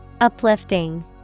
Uplifting